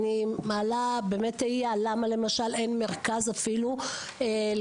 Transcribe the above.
אני מעלה תהייה למה למשל אין מרכז לחרדים.